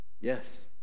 yes